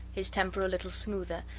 his temper a little smoother,